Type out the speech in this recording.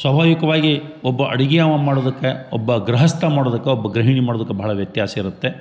ಸ್ವಾಭಾವಿಕವಾಗಿ ಒಬ್ಬ ಅಡುಗೆಯವ ಮಾಡುದಕ್ಕೆ ಒಬ್ಬ ಗೃಹಸ್ಥ ಮಾಡುದಕ್ಕೊ ಒಬ್ಬ ಗೃಹಿಣಿ ಮಾಡುದಕ್ಕೊ ಭಾಳ ವ್ಯತ್ಯಾಸ ಇರುತ್ತೆ